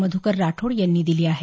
मधुकर राठोड यांनी दिली आहे